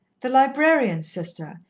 the librarian sister,